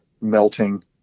melting